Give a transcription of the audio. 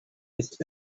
its